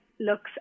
looks